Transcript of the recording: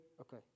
okay